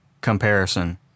comparison